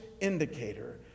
indicator